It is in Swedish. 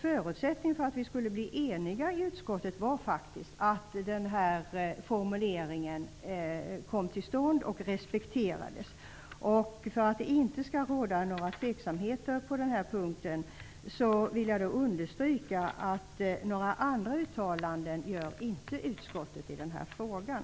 Förutsättningen för att vi skulle bli eniga i utskottet var faktiskt att den här formuleringen kom till stånd och respekterades. För att det inte skall råda några tveksamheter på denna punkt vill jag understryka att utskottet inte gör några andra uttalanden i denna fråga.